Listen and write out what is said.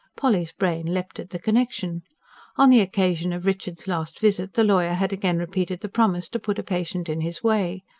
polly's brain leapt at the connection on the occasion of richard's last visit the lawyer had again repeated the promise to put a patient in his way.